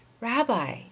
Rabbi